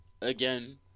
again